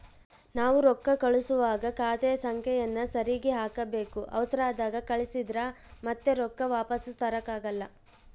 ನಾವು ರೊಕ್ಕ ಕಳುಸುವಾಗ ಖಾತೆಯ ಸಂಖ್ಯೆಯನ್ನ ಸರಿಗಿ ಹಾಕಬೇಕು, ಅವರ್ಸದಾಗ ಕಳಿಸಿದ್ರ ಮತ್ತೆ ರೊಕ್ಕ ವಾಪಸ್ಸು ತರಕಾಗಲ್ಲ